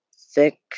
Thick